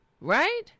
right